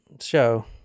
show